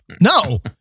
no